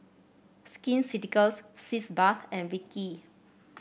Skin Ceuticals Sitz Bath and Vichy